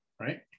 Right